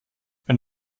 wenn